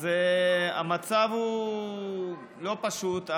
אז המצב לא פשוט.